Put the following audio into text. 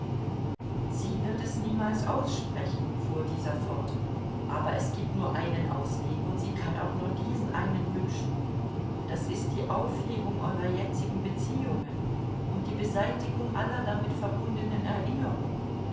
sie wird es niemals aussprechen fuhr dieser fort aber es gibt nur einen ausweg und sie kann auch nur diesen einen wünschen das ist die aufhebung eurer jetzigen beziehungen und die beseitigung aller damit verbundenen erinnerungen